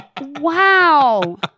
Wow